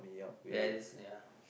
ya